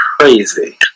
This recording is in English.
crazy